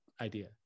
idea